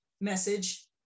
message